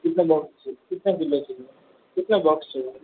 कितना बॉक्स कितना किलो चाहिए कितना बॉक्स चाहिए